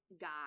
guy